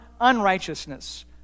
unrighteousness